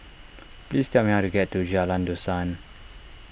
please tell me how to get to Jalan Dusan